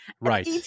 Right